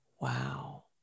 Wow